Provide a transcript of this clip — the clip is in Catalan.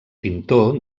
pintor